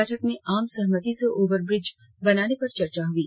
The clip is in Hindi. बैठक में आम सहमति से ओवरब्रिज बनाने पर चर्चा हुई